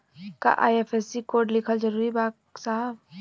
का IFSC code लिखल जरूरी बा साहब?